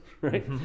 right